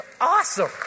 awesome